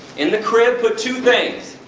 in the crib put two things,